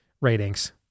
ratings